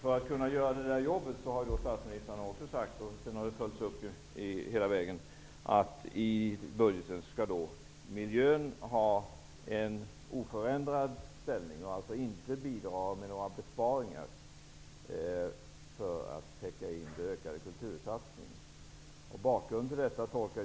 För att klara den uppgiften har statsministrarna också sagt, vilket har följts upp hela vägen, att miljön skall ha en oförändrad ställning i budgeten. Man har alltså inte föreslagit några besparingar för att finansiera de ökade kultursatsningarna.